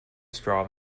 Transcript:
straw